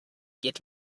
get